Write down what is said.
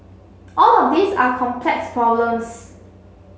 all of these are complex problems